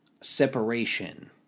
separation